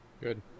Good